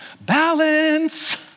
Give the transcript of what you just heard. Balance